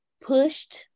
pushed